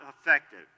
effective